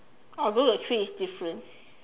although the three is difference